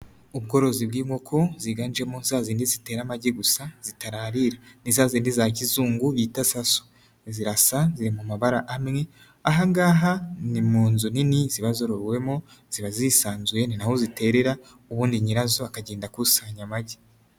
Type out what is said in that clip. Ubworozi bw'inkoko ziganjemo za zindi zitera amagi gusa zitararira, ni za zindi za kizungu bita Saso, zirasa ziri mu mabara amwe, aha ngaha ni mu nzu nini ziba zororewemo ziba zisanzuye, ni na ho ziterera ubundi nyirazo akagenda akusanya amagi.